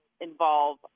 involve